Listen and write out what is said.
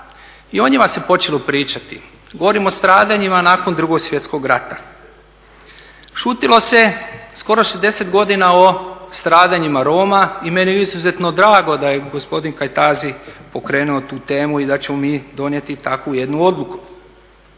i o njima se počelo pričati. Govorim o stradanjima nakon 2. svjetskog rata. Šutilo se skoro 60 godina o stradanjima Roma. I meni je izuzetno drago da je gospodin Kajtazi pokrenuo tu temu i da ćemo mi donijeti takvu jednu odluku.